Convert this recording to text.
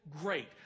great